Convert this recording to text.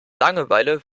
langeweile